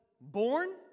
born